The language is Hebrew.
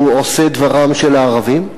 שהוא עושה דברם של הערבים?